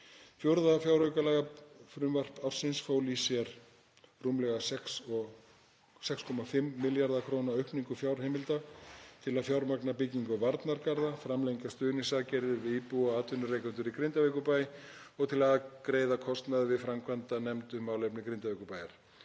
Fjórða fjáraukalagafrumvarps ársins fól í sér rúmlega 6,5 milljarða kr. aukningu fjárheimilda til að fjármagna byggingu varnargarða, framlengja stuðningsaðgerðir við íbúa og atvinnurekendur í Grindavíkurbæ og til að greiða kostnað við framkvæmdanefnd um málefni Grindavíkurbæjar.